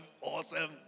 awesome